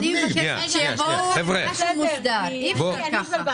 אני מבקשת שיבואו עם משהו מוסדר, אי אפשר ככה.